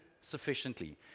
sufficiently